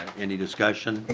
any discussion?